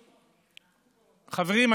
חברים,